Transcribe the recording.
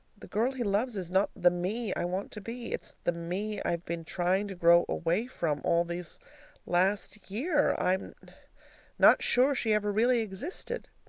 the girl he loves is not the me i want to be. it's the me i've been trying to grow away from all this last year. i'm not sure she ever really existed.